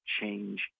change